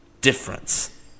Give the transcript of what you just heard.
difference